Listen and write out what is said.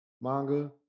manga